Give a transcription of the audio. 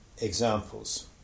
examples